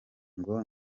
ngo